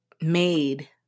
made